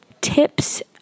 tips